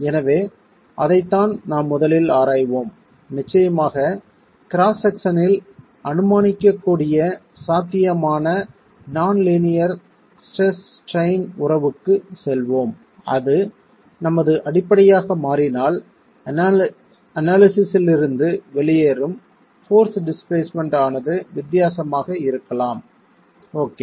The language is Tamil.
எனவே அதைத்தான் நாம் முதலில் ஆராய்வோம் நிச்சயமாக கிராஸ் செக்ஷனில் அனுமானிக்கக்கூடிய சாத்தியமான நான் லீனியர் ஸ்ட்ரெஸ் ஸ்ட்ரைன் உறவுக்கு செல்வோம் அது நமது அடிப்படையாக மாறினால் அனாலிசிஸ் இலிருந்து வெளியேறும் போர்ஸ் டிஸ்பிளேஸ்மென்ட் ஆனது வித்தியாசமாக இருக்கலாம் ஓகே